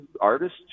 artists